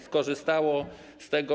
Skorzystali z tego.